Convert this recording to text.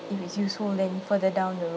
if it's useful then further down the road